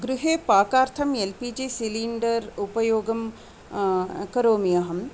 गृहे पाकार्थम् L P G cylinder उपयोगं करोमि अहं